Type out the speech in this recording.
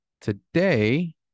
Today